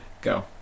go